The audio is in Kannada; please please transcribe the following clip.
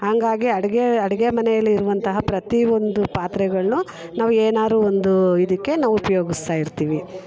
ಹಾಗಾಗಿ ಅಡುಗೆ ಅಡುಗೆ ಮನೆಯಲ್ಲಿರುವಂಥ ಪ್ರತಿಯೊಂದು ಪಾತ್ರೆಗಳನ್ನು ನಾವು ಏನಾರು ಒಂದು ಇದಕ್ಕೆ ನಾವು ಉಪ್ಯೋಗಿಸ್ತಾ ಇರ್ತೀವಿ